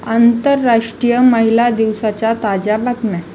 आंतरराष्ट्रीय महिला दिवसाच्या ताज्या बातम्या